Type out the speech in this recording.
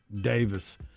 Davis